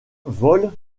volent